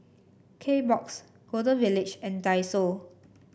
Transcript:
Kbox Golden Village and Daiso